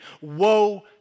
Woe